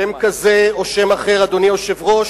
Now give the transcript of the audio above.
שם כזה או שם אחר, אדוני היושב-ראש,